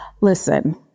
Listen